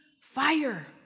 fire